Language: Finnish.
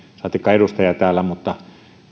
saatikka edustaja täällä mutta